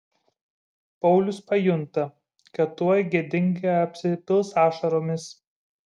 paulius pajunta kad tuoj gėdingai apsipils ašaromis